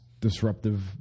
disruptive